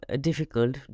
difficult